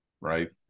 right